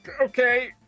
Okay